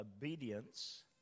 obedience